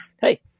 hey